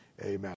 Amen